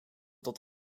tot